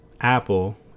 Apple